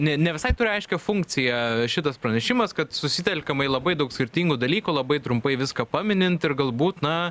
ne ne visai turi aiškią funkciją šitas pranešimas kad susitelkiama į labai daug skirtingų dalykų labai trumpai viską paminint ir galbūt na